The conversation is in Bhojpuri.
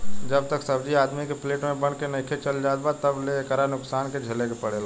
जब तक सब्जी आदमी के प्लेट में बन के नइखे चल जात तब तक ले एकरा नुकसान के झेले के पड़ेला